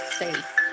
safe